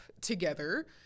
together